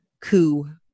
coup